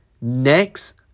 next